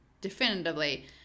definitively